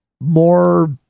more